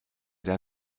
der